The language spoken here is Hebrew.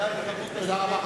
תודה רבה,